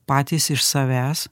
patys iš savęs